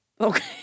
Okay